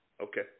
Okay